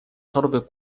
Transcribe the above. torby